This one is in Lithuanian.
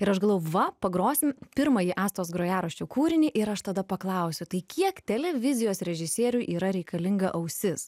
ir aš galvoju va pagrosim pirmąjį astos grojaraščio kūrinį ir aš tada paklausiu tai kiek televizijos režisieriui yra reikalinga ausis